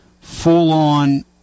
full-on